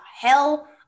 hell